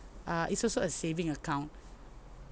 uh it's also a saving account